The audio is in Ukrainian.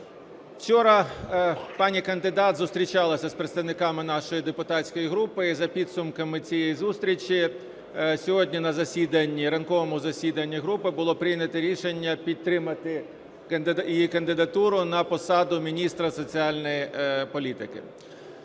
Вчора пані кандидат зустрічалася з представниками нашої депутатської групи і за підсумками цієї зустрічі сьогодні на ранковому засіданні групи було прийнято рішення підтримати її кандидатуру на посаду міністра соціальної політики.